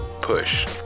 push